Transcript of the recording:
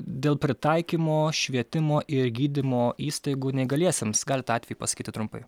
dėl pritaikymo švietimo ir gydymo įstaigų neįgaliesiems galit tą atvejį pasakyti trumpai